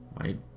right